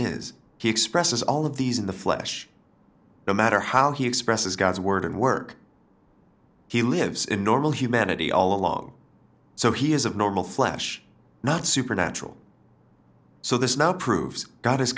is he expresses all of these in the flesh no matter how he expresses god's word and work he lives in normal humanity all alone so he is of normal flesh not supernatural so this now proves god has